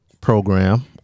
program